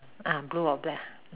ah blue or black ah